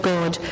God